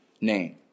name